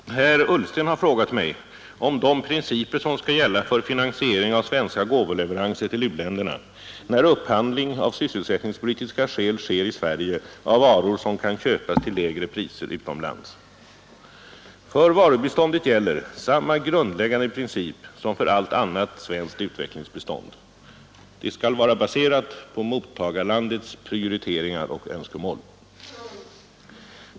Herr talman! Herr Ullsten har frågat mig om de principer som skall gälla för finansiering av svenska gåvoleveranser till u-länderna, när upphandling av sysselsättningspolitiska skäl sker i Sverige av varor som kan köpas till lägre priser utomlands. För varubiståndet gäller samma grundläggande princip som för allt annat svenskt utvecklingsbistånd. Det skall vara baserat på mottagarlandets prioriteringar och önskemål.